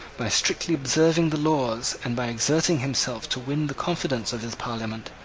by strictly observing the laws and by exerting himself to win the confidence of his parliament,